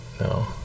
no